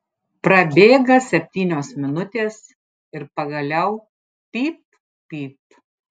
prabėga septynios minutės ir pagaliau pyp pyp